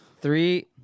Three